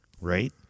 right